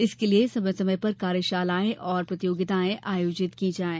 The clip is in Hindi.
इसके लिये समय समय पर कार्यशालाएं और प्रतियोगिताएं आयोजित की जाये